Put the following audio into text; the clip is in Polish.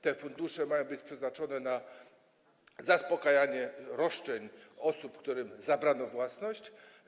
Te fundusze mają być przeznaczone na zaspokajanie roszczeń osób, którym zabrano własność.